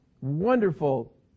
Wonderful